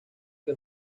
que